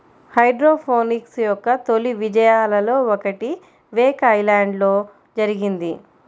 hydroponics యొక్క తొలి విజయాలలో ఒకటి వేక్ ఐలాండ్లో జరిగింది